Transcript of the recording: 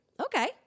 okay